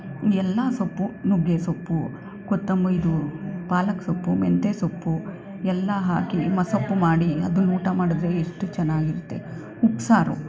ಎಲ್ಲ ಸೊಪ್ಪು ನುಗ್ಗೇ ಸೊಪ್ಪು ಕೊತ್ತಂಬರಿ ಇದು ಪಾಲಕ್ ಸೊಪ್ಪು ಮೆಂತ್ಯ ಸೊಪ್ಪು ಎಲ್ಲ ಹಾಕಿ ಮ ಸೊಪ್ಪು ಮಾಡಿ ಅದನ್ನು ಊಟ ಮಾಡಿದರೆ ಎಷ್ಟು ಚೆನ್ನಾಗಿರುತ್ತೆ ಉಪ್ಸಾರು